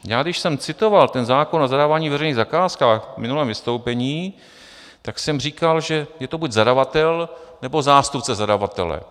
Já když jsem citoval ten zákon o zadávání veřejných zakázek v minulém vystoupení, tak jsem říkal, že je to buď zadavatel, nebo zástupce zadavatele.